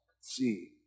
see